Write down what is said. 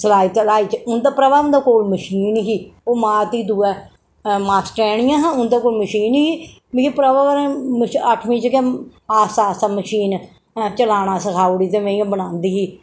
सलाई तलाई च उन्दे प्रभा हुंदे कोल मशीन ही ओह् मां धीऽ दोवें मास्टरे आनियां हियां उंदे कौल मशीन ही मिगी प्रभा होरेंं अट्ठमीं च गै आस्ता आस्ता मशीन चलाना सखाई ओड़ी ते मीं बनांदी ही